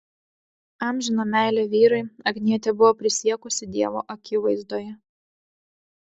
amžiną meilę vyrui agnietė buvo prisiekusi dievo akivaizdoje